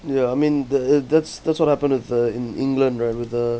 ya I mean that that's that's what happened with the in england right with the